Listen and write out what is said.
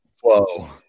Whoa